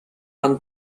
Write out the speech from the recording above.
van